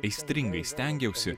aistringai stengiausi